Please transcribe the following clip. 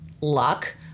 luck